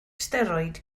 steroid